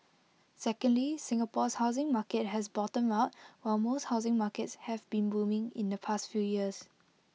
secondly Singapore's housing market has bottomed out while most housing markets have been booming in the past few years